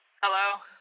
Hello